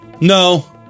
No